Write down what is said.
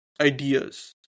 ideas